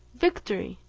victory!